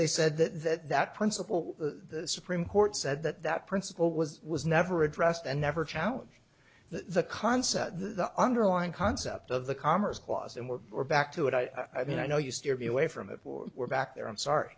they said that that principle the supreme court said that that principle was was never addressed and never challenged the concept the underlying concept of the commerce clause and we're we're back to it i mean i know you steer me away from that for we're back there i'm sorry